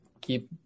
keep –